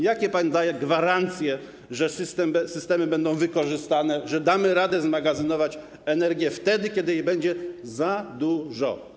Jakie pan daje gwarancje, że systemy będą wykorzystane, że damy radę zmagazynować energię, wtedy kiedy będzie jej za dużo?